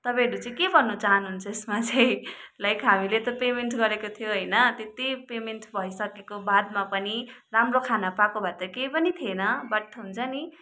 तपाईँहरू चाहिँ के भन्न चाहनुहुन्छ यसमा चाहिँ लाइक हामीले त पेमेन्ट गरेको थियो होइन त्यती पेमेन्ट भइसकेको बादमा पनि राम्रो खाना पाएको भात केही पनि थिएन बट हुन्छ नि